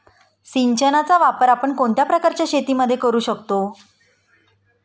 सिंचनाचा वापर आपण कोणत्या प्रकारच्या शेतीत करू शकतो?